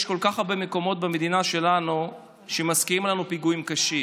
יש כל כך הרבה מקומות במדינה שלנו שמזכירים לנו פיגועים קשים,